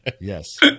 Yes